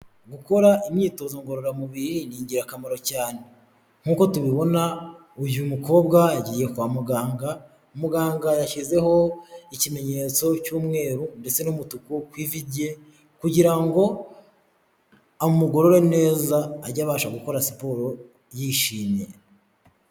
Gukora imyitozo ngororamubiri ni ingirakamaro cyane, nkuko tubibona uyu mukobwa yagiye kwa muganga, muganga yashyizeho ikimenyetso cy'umweru ndetse n'umutuku ku ivi rye kugira ngo amugorore neza ajye abasha gukora siporo yishimye.